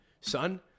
Son